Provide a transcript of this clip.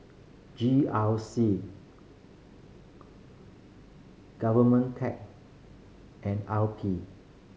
G R C GOVERNMENTTECH and R P